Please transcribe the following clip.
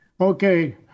Okay